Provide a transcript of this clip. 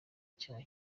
icyaha